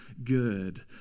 good